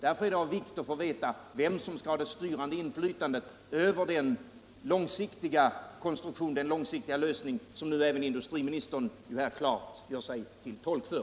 Därför är det av vikt att få veta vem som skall ha det styrande inflytandet över den långsiktiga lösning som nu även industriministern klart gör sig till tolk för.